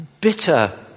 bitter